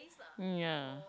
mm ya